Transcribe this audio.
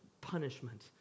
punishment